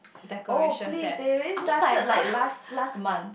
decorations leh I'm just like [huh]